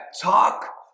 Talk